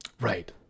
Right